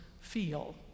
feel